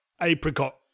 apricot